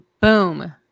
boom